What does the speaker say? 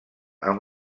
amb